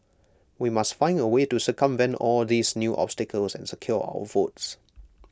we must find A way to circumvent all these new obstacles and secure our votes